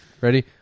Ready